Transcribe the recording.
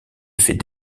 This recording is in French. effets